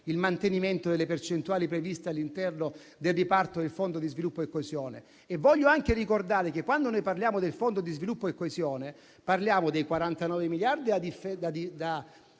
il mantenimento delle percentuali previste all'interno del riparto del Fondo di sviluppo e coesione. Voglio anche ricordare che quando noi parliamo del Fondo di sviluppo e coesione, parliamo dei 49 miliardi da dividere